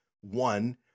One